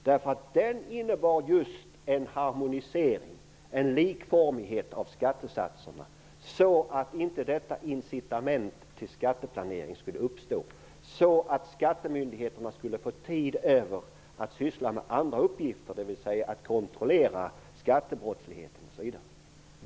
Skattereformen innebar just en harmonisering, en likformighet, av skattesatserna så att inte detta incitament till skatteplanering skulle uppstå. Skattemyndigheterna skulle få tid över att syssla med andra uppgifter, dvs. kontrollera skattebrottsligheten osv.